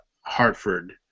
Hartford